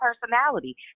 personality